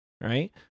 right